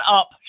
up